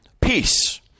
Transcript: Peace